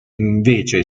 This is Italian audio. invece